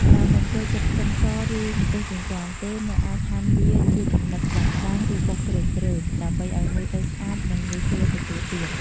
បើមិនចូលចិត្តខ្ទឹមស ឬម្ទេសចិញ្ច្រាំទេ អ្នកអាចហាន់វាជាចំណិតស្តើងៗ ឬបុកគ្រើមៗ ដើម្បីឲ្យមើលទៅស្អាត និងងាយស្រួលទទួលទាន។